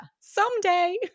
Someday